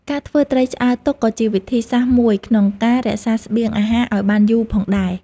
ការធ្វើត្រីឆ្អើរទុកក៏ជាវិធីសាស្ត្រមួយក្នុងការរក្សាស្បៀងអាហារឱ្យបានយូរផងដែរ។